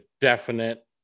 definite